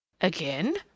Again